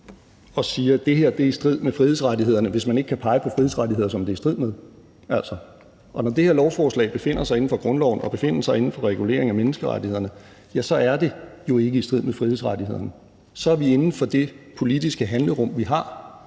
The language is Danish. og sige, at det her er i strid med frihedsrettighederne, hvis man ikke kan pege på frihedsrettigheder, som det er i strid med. Når det her lovforslag befinder sig inden for grundloven og befinder sig inden for reguleringen af menneskerettighederne, så er det jo ikke i strid med frihedsrettighederne. Så er vi inden for det politiske handlerum, vi har,